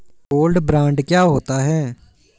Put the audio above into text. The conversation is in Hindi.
गोल्ड बॉन्ड क्या होता है?